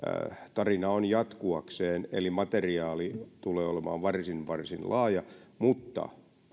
tarina on jatkuakseen eli materiaali tulee olemaan varsin varsin laaja mutta